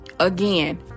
again